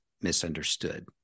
misunderstood